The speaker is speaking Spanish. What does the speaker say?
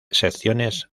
secciones